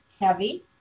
heavy